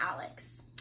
Alex